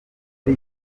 ari